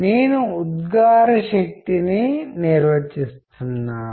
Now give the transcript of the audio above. అయినా అది అతని ముఖంలో ప్రతిబింబిస్తుంది